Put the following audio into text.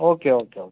okay okay okay